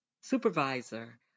supervisor